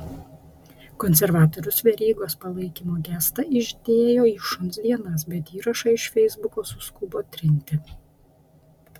konservatorius verygos palaikymo gestą išdėjo į šuns dienas bet įrašą iš feisbuko suskubo trinti